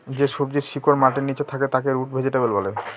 যে সবজির শিকড় মাটির নীচে থাকে তাকে রুট ভেজিটেবল বলে